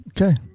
Okay